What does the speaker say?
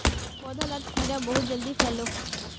पौधा लात कीड़ा बहुत जल्दी फैलोह